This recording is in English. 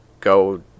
go